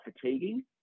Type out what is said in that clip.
fatiguing